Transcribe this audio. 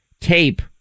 tape